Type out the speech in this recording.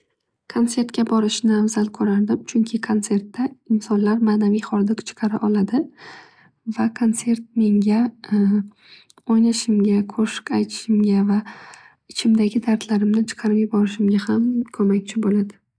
Konsertga borishni afzal ko'rardim. Chunki konsertda insonlar manaviy hordiq chiqara oladi. Va konsert menga o'ynashimga qo'shiq aytishimga ichimdagi dardlarimni chiqarib yuborishimga ham yordam beradi.